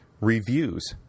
reviews